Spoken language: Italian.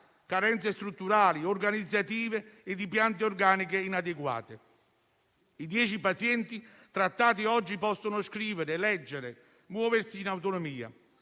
carenze strutturali e organizzative e di piante organiche inadeguate. I dieci pazienti trattati oggi possono scrivere, leggere e muoversi in autonomia;